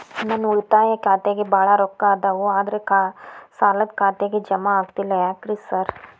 ನನ್ ಉಳಿತಾಯ ಖಾತ್ಯಾಗ ಬಾಳ್ ರೊಕ್ಕಾ ಅದಾವ ಆದ್ರೆ ಸಾಲ್ದ ಖಾತೆಗೆ ಜಮಾ ಆಗ್ತಿಲ್ಲ ಯಾಕ್ರೇ ಸಾರ್?